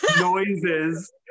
noises